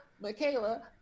Michaela